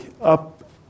up